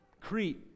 Crete